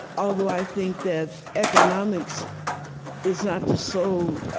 although i think that economics is not the sole